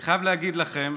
אני חייב להגיד לכם,